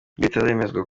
bitaremezwa